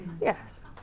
Yes